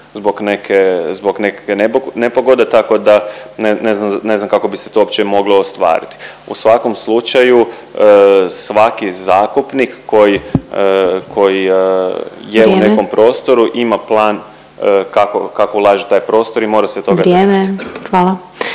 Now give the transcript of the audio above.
zbog nekakve nepogode, tako da ne znam kako bi se to uopće moglo ostvariti. U svakom slučaju svaki zakupnik koji je u nekom prostoru … …/Upadica Glasovac: Vrijeme./… … ima plan